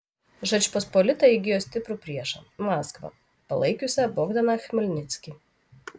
žečpospolita įgijo stiprų priešą maskvą palaikiusią bogdaną chmelnickį